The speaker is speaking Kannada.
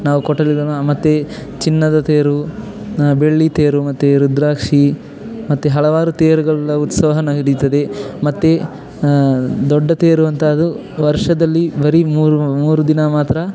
ನಾವು ಕೊಠಡಿ ಮತ್ತು ಚಿನ್ನದ ತೇರು ಬೆಳ್ಳಿ ತೇರು ಮತ್ತೆ ರುದ್ರಾಕ್ಷಿ ಮತ್ತು ಹಲವಾರು ತೇರುಗಳ ಉತ್ಸವ ನಡೀತದೆ ಮತ್ತು ದೊಡ್ಡ ತೇರು ಅಂಥದು ವರ್ಷದಲ್ಲಿ ಬರೀ ಮೂರು ಮೂರು ದಿನ ಮಾತ್ರ